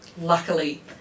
luckily